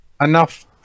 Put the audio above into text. enough